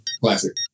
Classic